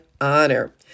honor